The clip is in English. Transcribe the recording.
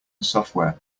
software